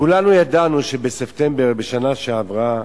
כולנו ידענו שבספטמבר בשנה שעברה